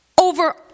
over